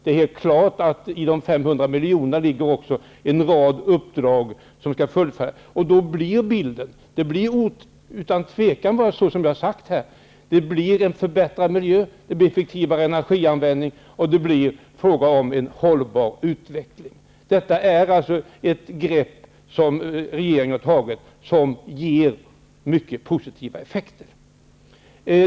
Det är klart att inom ramen för dessa 500 miljoner ligger också en rad uppdrag som skall fullföljas. Det blir utan tvekan såsom jag har sagt. Det leder till en förbättrad miljö, effektivare energianvändning och en hållbar utveckling. Det är ett grepp som regeringen har tagit som ger mycket positiva effekter.